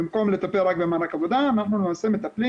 במקום לטפל רק במענק עבודה אנחנו למעשה מטפלים